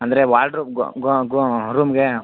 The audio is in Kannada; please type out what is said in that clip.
ಅಂದರೆ ವಾಡ್ರೂಬ್ಗು ಗೊ ಗೊ ರೂಮ್ಗೆ